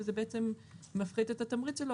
וזה מפחית את התמריץ שלו,